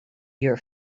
your